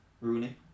Rooney